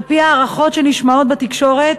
על-פי הערכות שנשמעות בתקשורת,